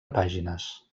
pàgines